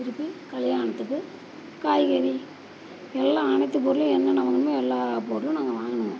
திருப்பி கல்யாணத்துக்கு காய்கறி எல்லா அனைத்து பொருளும் என்னென்ன வாங்கணுமோ எல்லா பொருளும் நாங்கள் வாங்கணும்